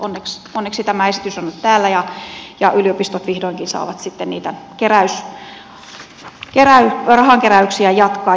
mutta onneksi tämä esitys on nyt täällä ja yliopistot vihdoinkin saavat sitten niitä rahankeräyksiä jatkaa